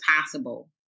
possible